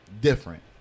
Different